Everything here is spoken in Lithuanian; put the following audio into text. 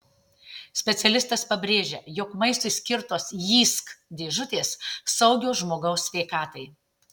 specialistas pabrėžia jog maistui skirtos jysk dėžutės saugios žmogaus sveikatai